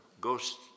Ghosts